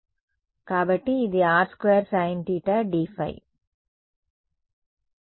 కాబట్టి ఇది r 2sin dθ dϕ